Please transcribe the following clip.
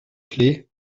clef